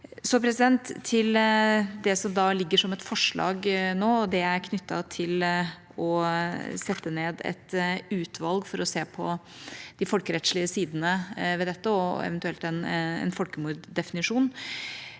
av regjeringa. Til det som ligger som et forslag nå, knyttet til det å sette ned et utvalg for å se på de folkerettslige sidene ved dette, eventuelt en folkemorddefinisjon: